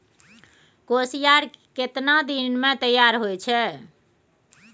कोसियार केतना दिन मे तैयार हौय छै?